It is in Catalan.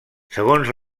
segons